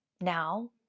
now